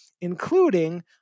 including